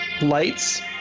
lights